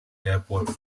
airports